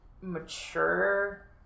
mature